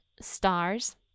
stars